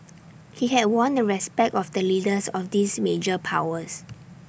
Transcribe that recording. he had won the respect of the leaders of these major powers